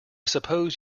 suppose